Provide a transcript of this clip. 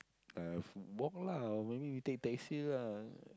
uh walk lah or maybe we take taxi lah